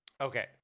Okay